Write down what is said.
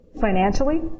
financially